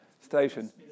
station